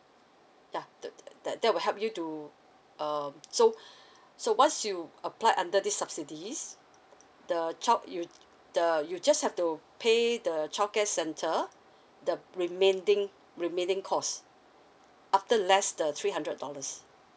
ya to tha~ that will help you to uh so so once you apply under this subsidies the child you the you just have to pay the childcare centre the remaining remaining cost after less the three hundred dollars